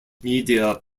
media